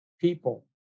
people